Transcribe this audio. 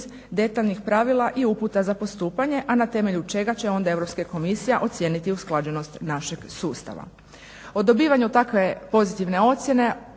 detaljnih pravila i uputa za postupanje, a na temelju čega će onda Europska komisija ocijeniti usklađenost našeg sustava. O dobivanju takve pozitivne ocjene